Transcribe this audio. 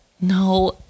no